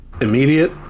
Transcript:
Immediate